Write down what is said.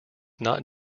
not